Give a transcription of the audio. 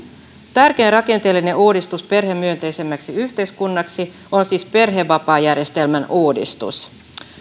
tärkein rakenteellinen uudistus perhemyönteisemmäksi yhteiskunnaksi on siis perhevapaajärjestelmän uudistus